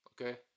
okay